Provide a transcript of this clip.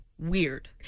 weird